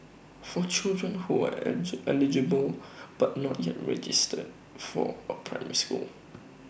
for children who are eligible but not yet registered for A primary school